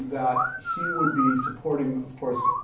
that he would be supporting, of course,